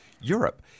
Europe